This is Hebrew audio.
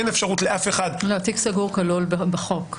אין אפשרות לאף אחד --- תיק סגור כלול בחוק,